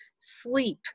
Sleep